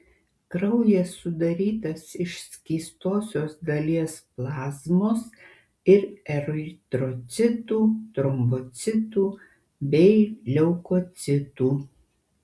kraujas sudarytas iš skystosios dalies plazmos ir eritrocitų trombocitų bei leukocitų